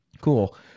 Cool